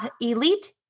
elite